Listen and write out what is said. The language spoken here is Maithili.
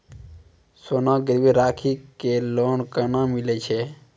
सोना गिरवी राखी कऽ लोन केना मिलै छै?